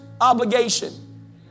obligation